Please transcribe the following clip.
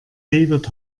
wird